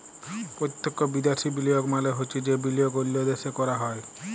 পত্যক্ষ বিদ্যাশি বিলিয়গ মালে হছে যে বিলিয়গ অল্য দ্যাশে ক্যরা হ্যয়